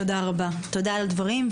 תודה על הדברים.